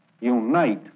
unite